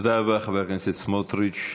תודה רבה, חבר הכנסת סמוטריץ.